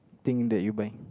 thing that you buy